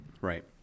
right